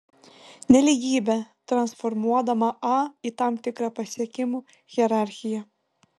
nelygybę transformuodama a į tam tikrą pasiekimų hierarchiją